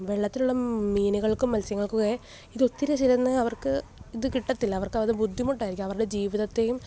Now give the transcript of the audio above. വെള്ളത്തിലുള്ള മ് മീനുകള്ക്കും മത്സ്യങ്ങള്ക്കുമേ ഇതൊത്തിരി ചേർന്ന അവർക്ക് ഇത് കിട്ടത്തില്ല അവര്ക്ക് അത് ബുദ്ധിമുട്ടായിരിക്കും അവരുടെ ജീവിതത്തെയും